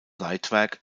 leitwerk